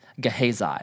Gehazi